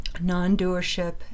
non-doership